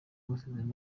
masezerano